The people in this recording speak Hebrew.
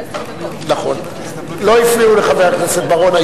לא הפריעו לחבר הכנסת בר-און,